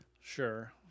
Sure